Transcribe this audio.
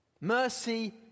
Mercy